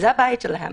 זה הבית שלהן.